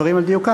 דברים על דיוקם.